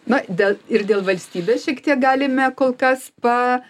na dėl ir dėl valstybės šiek tiek galime kol kas pa